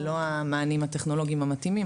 ללא המענים הטכנולוגיים המתאימים,